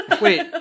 Wait